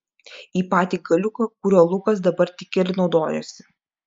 į patį galiuką kuriuo lukas dabar tik ir naudojosi